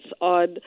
on